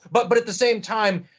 but but at the same time,